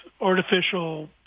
artificial